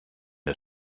der